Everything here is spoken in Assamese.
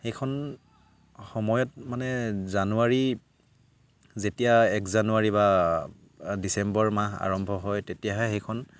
সেইখন সময়ত মানে জানুৱাৰী যেতিয়া এক জানুৱাৰী বা ডিচেম্বৰ মাহ আৰম্ভ হয় তেতিয়াহে সেইখন